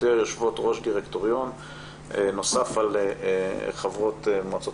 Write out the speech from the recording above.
יותר יושבות-ראש דירקטוריון נוסף על חברות מועצות